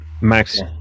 max